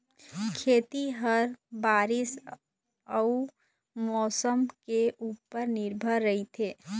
खेती ह बारीस अऊ मौसम के ऊपर निर्भर रथे